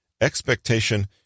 expectation